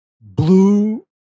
blue